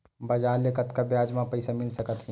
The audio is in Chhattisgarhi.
बजार ले कतका ब्याज म पईसा मिल सकत हे?